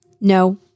No